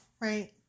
right